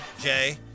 Jay